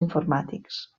informàtics